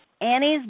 Annie's